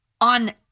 on